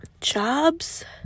jobs